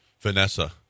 Vanessa